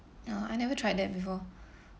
no I never tried that before